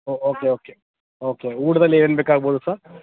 ಓ okay okay okay ಊಟದಲ್ಲಿ ಏನೇನು ಬೇಕಾಗ್ಬೋದು ಸ